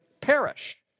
perish